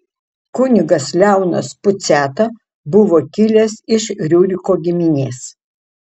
kunigas leonas puciata buvo kilęs iš riuriko giminės